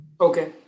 Okay